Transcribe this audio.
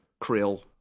krill